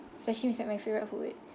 sashimi is like my favorite food